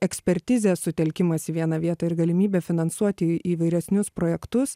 ekspertizės sutelkimas į vieną vietą ir galimybė finansuoti įvairesnius projektus